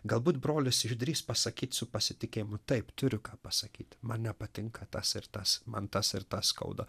galbūt brolis išdrįs pasakyt su pasitikėjimu taip turiu ką pasakyt man nepatinka tas ir tas man tas ir tas skauda